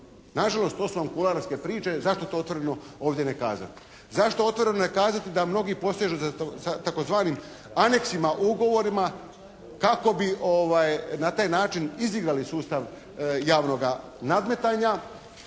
Na žalost to su vam kuloarske priče, zašto to otvoreno ovdje ne kazati. Zašto otvoreno ne kazati da mnogi posižu za tzv. aneksima, ugovorima, kako bi na taj način izigrali sustav javnoga nadmetanja,